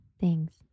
thanks